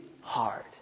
hard